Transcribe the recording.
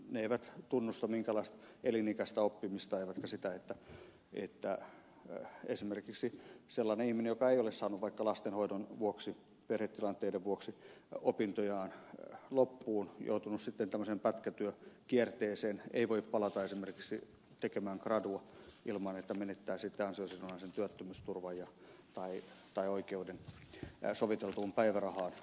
ne eivät tunnusta minkäänlaista elinikäistä oppimista eivätkä sitä että esimerkiksi sellainen ihminen joka ei ole saanut vaikka lastenhoidon vuoksi perhetilanteiden vuoksi opintojaan loppuun ja on joutunut sitten tämmöiseen pätkätyökierteeseen ei voi palata esimerkiksi tekemään gradua ilman että menettää ansiosidonnaisen työttömyysturvan tai oikeuden soviteltuun päivärahaan